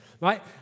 right